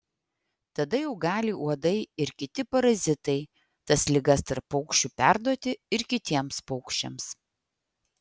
tada jau gali uodai ir kiti parazitai tas ligas tarp paukščių perduoti ir kitiems paukščiams